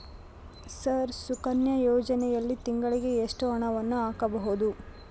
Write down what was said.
Sir Sukanya ಯೋಜನೆಯಲ್ಲಿ ತಿಂಗಳಿಗೆ ಎಷ್ಟು ಹಣವನ್ನು ಹಾಕಬಹುದು?